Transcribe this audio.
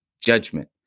judgment